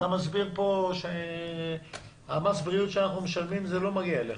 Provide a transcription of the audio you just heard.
אתה מסביר פה שמס הבריאות שאנחנו משלמים לא מגיע אליך,